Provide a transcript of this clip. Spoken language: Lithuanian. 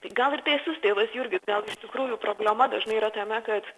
gal ir teisus tėvas jurgis gal iš tikrųjų problema dažnai yra tame kad